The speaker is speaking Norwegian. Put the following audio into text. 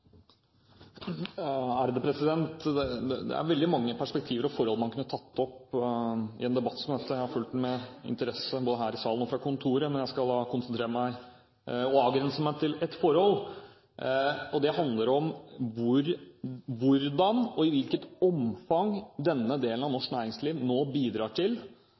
er veldig mange perspektiver og forhold man kunne tatt opp i en debatt som dette. Jeg har fulgt den med interesse, både her i salen og fra kontoret, men jeg skal konsentrere meg om og avgrense meg til ett forhold. Det handler om hvordan og i hvilket omfang denne delen av norsk næringsliv nå bidrar til